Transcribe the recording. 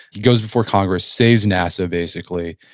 he goes before congress, saves nasa basically.